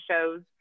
shows